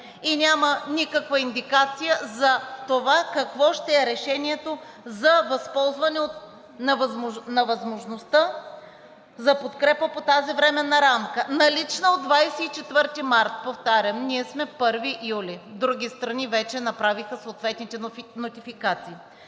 и няма никаква индикация за това какво ще е решението за възползване от възможността за подкрепа по тази временна рамка, налична от 24 март, повтарям. Сега сме 1 юли. Други страни вече направиха съответните нотификации.